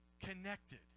connected